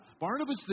Barnabas